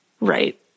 Right